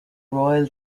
royal